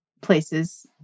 places